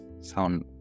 sound